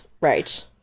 right